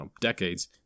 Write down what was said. decades